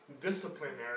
disciplinary